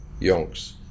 yonks